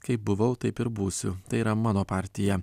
kaip buvau taip ir būsiu tai yra mano partija